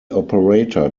operator